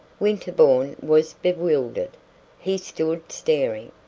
winterbourne was bewildered he stood, staring.